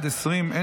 התשפ"ג 2023,